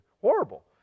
horrible